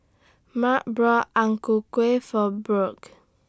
Marc bought Ang Ku Kueh For Burk